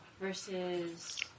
versus